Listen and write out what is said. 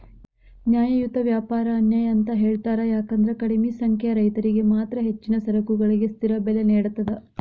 ನ್ಯಾಯಯುತ ವ್ಯಾಪಾರ ಅನ್ಯಾಯ ಅಂತ ಹೇಳ್ತಾರ ಯಾಕಂದ್ರ ಕಡಿಮಿ ಸಂಖ್ಯೆಯ ರೈತರಿಗೆ ಮಾತ್ರ ಹೆಚ್ಚಿನ ಸರಕುಗಳಿಗೆ ಸ್ಥಿರ ಬೆಲೆ ನೇಡತದ